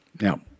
Now